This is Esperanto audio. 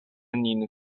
nin